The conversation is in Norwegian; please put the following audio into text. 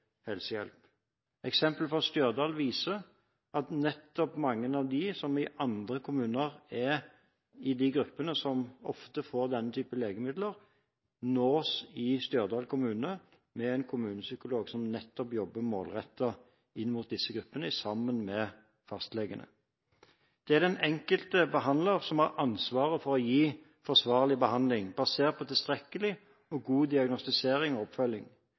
helsehjelp. Eksempelet fra Stjørdal viser at mange av dem som i andre kommuner er i de gruppene som ofte får denne typen legemidler, nås i Stjørdal kommune med en kommunepsykolog som jobber målrettet inn mot disse gruppene sammen med fastlegene. Det er den enkelte behandler som har ansvaret for å gi forsvarlig behandling basert på tilstrekkelig og god diagnostisering og oppfølging.